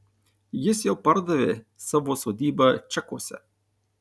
jis jau pardavė savo sodybą čekuose